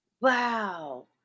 Wow